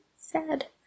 Sad